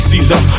Caesar